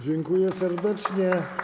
Dziękuję serdecznie.